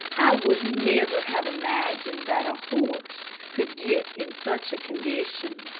would never have imagined that a horse could get in such a condition.